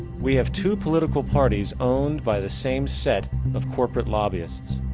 we have two political parties owned by the same set of corporate lobbyists.